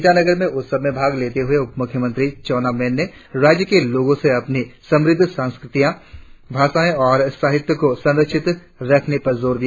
ईटानगर में उत्सव में भाग लेते हुए उपमुख्यमंत्री चाऊना मेन ने राज्य के लोगो को अपनी समृद्ध संस्कृतियाँ भाषाओ और साहित्य को संरक्षित रखने पर जोर दिया